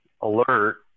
alert